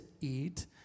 eat